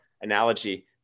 analogy